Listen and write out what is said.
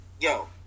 Yo